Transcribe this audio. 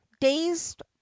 dazed